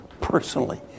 personally